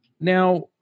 Now